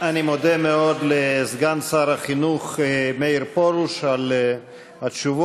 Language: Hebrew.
אני מודה מאוד לסגן שר החינוך מאיר פרוש על התשובות,